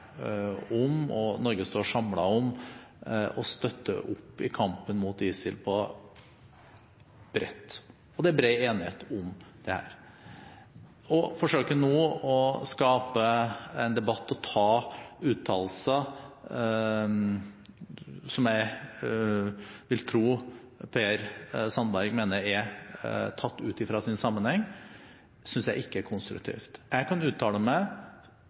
om, og Norge står samlet om, å støtte opp i kampen mot ISIL bredt, og det er bred enighet om dette. Å forsøke nå å skape en debatt om uttalelser som jeg vil tro Per Sandberg mener er tatt ut av sin sammenheng, synes jeg ikke er konstruktivt. Jeg kan uttale meg